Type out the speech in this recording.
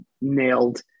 nailed